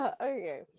okay